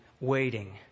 waiting